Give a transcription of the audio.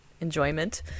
enjoyment